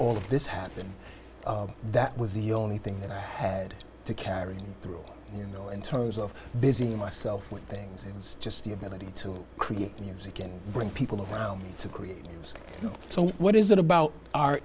of this happened that was the only thing that i had to carry through you know in terms of busy myself with things and it's just the ability to create music and bring people around me to create music so what is it about art